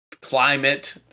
climate